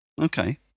Okay